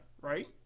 right